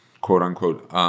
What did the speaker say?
quote-unquote